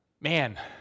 man